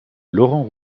laurent